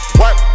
work